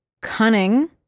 Cunning